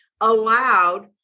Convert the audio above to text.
allowed